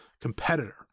competitor